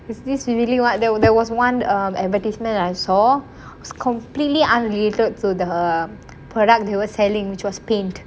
is this really what there there was one um advertisement I saw was completely unrelated to the product he was selling which was paint